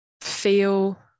feel